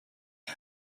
the